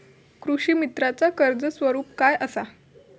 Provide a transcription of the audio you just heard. कृषीमित्राच कर्ज स्वरूप काय असा?